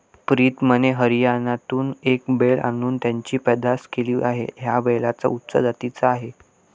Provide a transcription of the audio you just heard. प्रीतमने हरियाणातून एक बैल आणून त्याची पैदास केली आहे, हा बैल उच्च जातीचा आहे